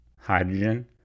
hydrogen